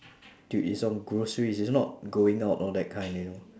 to eat some groceries it's not going out all that kind you know